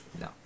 No